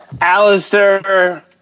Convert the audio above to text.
Alistair